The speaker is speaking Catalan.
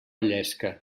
llesca